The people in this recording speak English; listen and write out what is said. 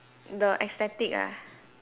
the aesthetic ah